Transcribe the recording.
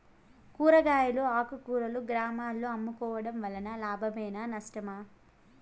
కూరగాయలు ఆకుకూరలు గ్రామాలలో అమ్ముకోవడం వలన లాభమేనా నష్టమా?